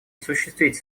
осуществить